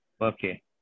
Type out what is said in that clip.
Okay